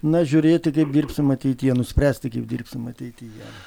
na žiūrėti kaip dirbsim ateityje nuspręsti kaip dirbsim ateityje